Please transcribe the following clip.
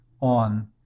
On